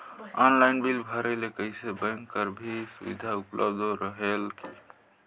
Online bill भरे से कइसे बैंक कर भी सुविधा उपलब्ध रेहेल की?